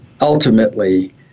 ultimately